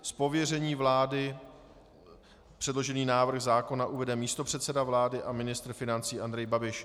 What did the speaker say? Z pověření vlády předložený návrh zákona uvede místopředseda vlády a ministr financí Andrej Babiš.